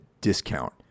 discount